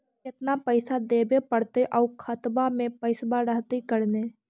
केतना पैसा देबे पड़तै आउ खातबा में पैसबा रहतै करने?